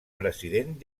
president